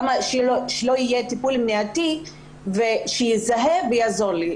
למה שלא יהיה טיפול מניעתי שיזהה ויעזור לי?